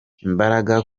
imbaraga